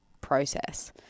process